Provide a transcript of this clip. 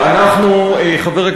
חברי